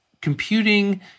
computing